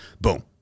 Boom